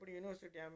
university